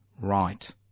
right